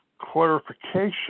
clarification